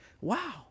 Wow